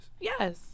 Yes